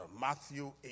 Matthew